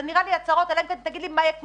אלה נראות לי הצהרות אלא אם כן תגיד לי מה יקוצץ.